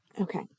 Okay